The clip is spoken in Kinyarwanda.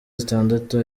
zitandatu